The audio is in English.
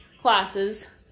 classes